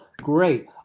Great